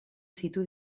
situ